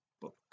book